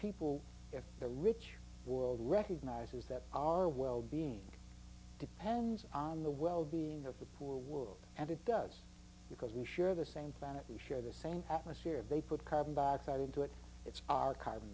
people if the rich world recognizes that our well being depends on the well being of the poor world and it does because we share the same planet we share the same atmosphere they put carbon dioxide into it it's our carbon